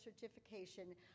certification